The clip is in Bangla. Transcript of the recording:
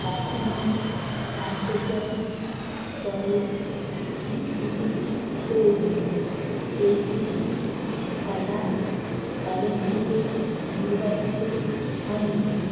এখনও আন্তর্জাতিক স্তরে স্বীকৃতির প্রয়োজন এই দুটি খেলা অলিম্পিকে নির্বাচিত হয়নি